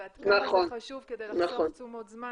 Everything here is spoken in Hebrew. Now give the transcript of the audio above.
ועד כמה זה חשוב כדי לחסוך תשומות זמן